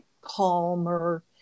calmer